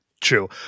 true